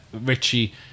Richie